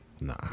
Nah